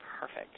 Perfect